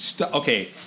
Okay